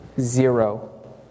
zero